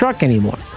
anymore